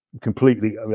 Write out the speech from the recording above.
completely